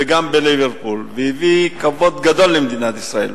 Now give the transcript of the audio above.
וגם בליברפול, והוא הביא כבוד גדול למדינת ישראל.